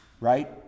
Right